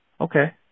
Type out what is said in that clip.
Okay